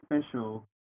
special